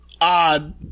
odd